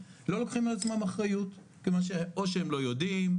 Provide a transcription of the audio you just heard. לא לוקחים על עצמם אחריות כיוון שאו שהם לא יודעים,